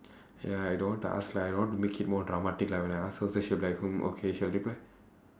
!haiya! I don't want to ask lah I don't want to make it more dramatic like when I ask her say she'll be like hmm okay she'll reply